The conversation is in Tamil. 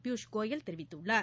பியூஷ்கோயல் தெரிவித்துள்ளார்